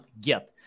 get